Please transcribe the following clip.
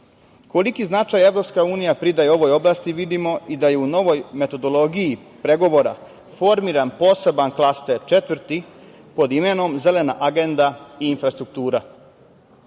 godine. Koliki značaj EU pridaje ovoj oblasti vidimo i da je u novoj metodologiji pregovora formiran poseban klaster, Četvrti, pod imenom „Zelena agenda i infrastruktura“.